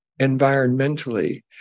environmentally